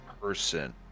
person